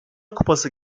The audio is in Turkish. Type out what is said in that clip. kupası